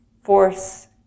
force